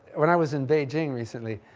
when i was in beijing recently,